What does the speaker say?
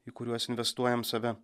į kuriuos investuojam save